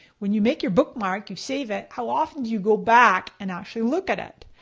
when you make your bookmark, you save it, how often do you go back and actually look at it?